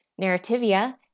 Narrativia